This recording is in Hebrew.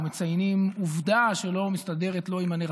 מציינים עובדה שלא מסתדרת לו עם הנרטיב השקרי,